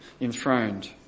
enthroned